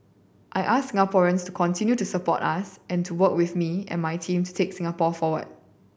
I ask Singaporeans to continue to support us and to work with me and my team to take Singapore forward